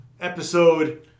episode